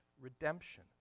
redemption